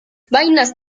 vainas